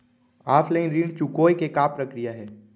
Offline ऋण चुकोय के का प्रक्रिया हे?